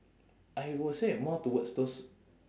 I will say more towards those